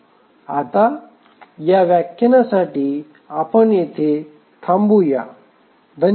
आता या व्याख्यानासाठी आपण येथे थांबूया धन्यवाद